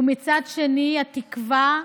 ומצד שני התקווה והייאוש,